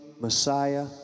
Messiah